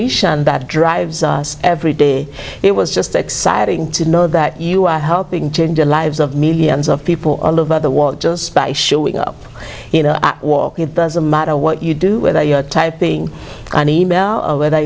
mission that drives us every day it was just exciting to know that you are helping change the lives of millions of people all over the world just by showing up in a war it doesn't matter what you do with your typing an e mail or whether